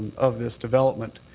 of this development.